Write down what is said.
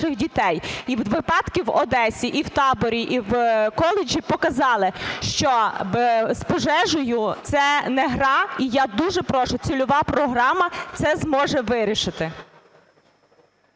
дітей. І випадки в Одесі і в таборі, і в коледжі показали, що з пожежею це не гра. І я дуже прошу, цільова програма це зможе вирішити.